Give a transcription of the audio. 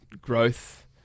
growth